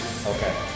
Okay